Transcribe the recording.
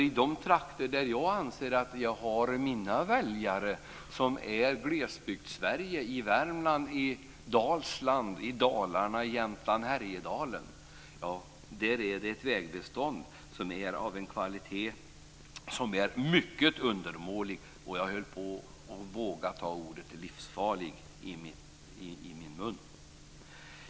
I de trakter där jag anser att jag har mina väljare, i Glesbygdssverige, i Värmland, Dalsland, Dalarna, Jämtland och Härjedalen, är vägbeståndet av en kvalitet som är mycket undermålig och jag höll på att våga ta ordet livsfarlig i min mun.